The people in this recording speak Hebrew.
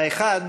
האחד